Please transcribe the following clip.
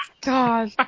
God